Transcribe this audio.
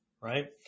right